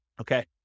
Okay